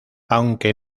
aunque